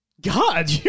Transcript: God